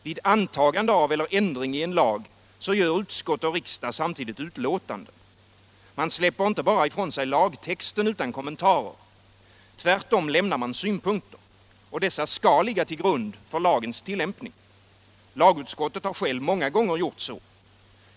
Vid antagande av eller ändring i en lag avger utskott och riksdag samtidigt utlåtande. Man släpper inte bara ifrån sig lagtexten utan kommentarer. Tvärtom lämnar man synpunkter. Dessa skall ligga till grund för lagens tillämpning. Lagutskottet har många gånger gjort så.